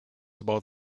about